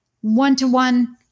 one-to-one